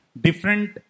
different